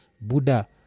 Buddha